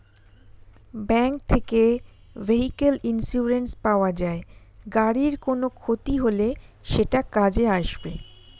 bank থেকে vehicle insurance পাওয়া যায়, গাড়ির কোনো ক্ষতি হলে সেটা কাজে আসবে